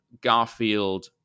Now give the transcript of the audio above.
Garfield